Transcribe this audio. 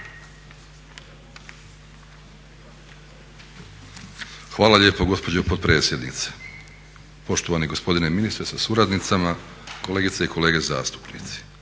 Hvala lijepo gospođo potpredsjednice, poštovani gospodine ministre sa suradnicama, kolegice i kolege zastupnici.